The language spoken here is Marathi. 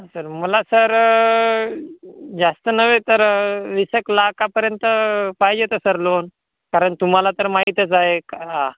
सर मला सर जास्त नव्हे तर वीस एक लाखापर्यंत पाहिजे होतं सर लोन कारण तुम्हाला तर माहीतच आहे का